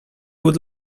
would